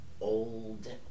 old